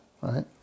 right